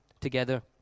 together